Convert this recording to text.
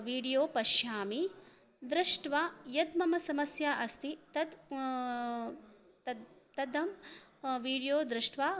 video पश्यामि दृष्ट्वा यत् मम समस्या अस्ति तत् तत् तद् वीडियो दृष्ट्वा